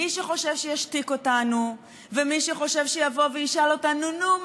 מי שחושב שישתיק אותנו ומי שחושב שיבוא וישאל אותנו: נו,